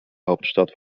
hauptstadt